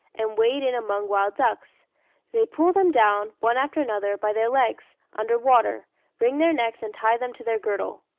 and wade in among wild ducks they pull them down, one after another, by their legs, under water wring their necks, and tie them to their girdle.